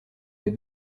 des